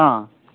অঁ